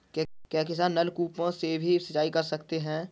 क्या किसान नल कूपों से भी सिंचाई कर सकते हैं?